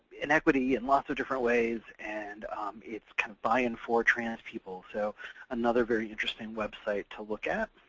inequity in lots of different ways, and it's kind of by and for trans people, so another very interesting website to look at.